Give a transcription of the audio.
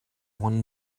one